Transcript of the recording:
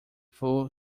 full